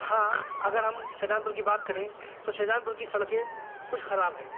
ہاں اگر ہم شاہجہان پور کی بات کریں تو شاہجہان پور کی سڑکیں کچھ خراب ہیں